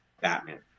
Batman